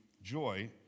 joy